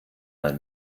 mal